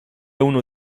uno